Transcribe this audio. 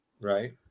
right